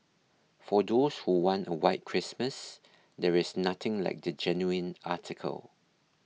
for those who want a white Christmas there is nothing like the genuine article